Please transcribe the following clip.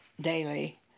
daily